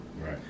Right